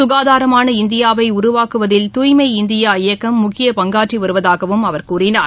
சுகாதாரமான இந்தியாவை உருவாக்குவதில் தூய்மை இந்தியா இயக்கம் முக்கிய பங்காற்றி வருவதாகவும் அவர் கூறினார்